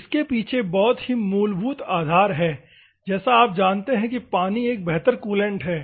इसके पीछे बहुत ही मूलभूत आधार है जैसा आप जानते है कि पानी एक बेहतर कूलैंट है